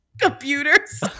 Computers